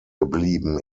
geblieben